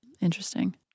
Interesting